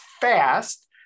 fast